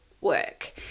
work